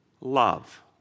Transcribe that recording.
love